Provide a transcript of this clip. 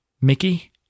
Mickey